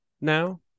now